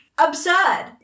Absurd